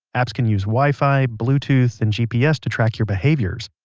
apps can use wifi, bluetooth and gps to track your behaviors.